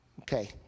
okay